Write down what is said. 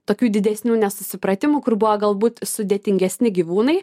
tokių didesnių nesusipratimų kur buvo galbūt sudėtingesni gyvūnai